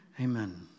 Amen